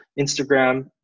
Instagram